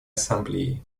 ассамблеи